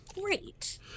Great